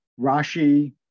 Rashi